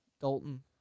Dalton